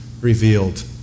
revealed